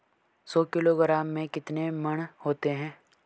सौ किलोग्राम में कितने मण होते हैं?